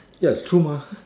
ya it's true mah